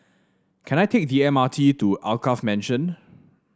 can I take the M R T to Alkaff Mansion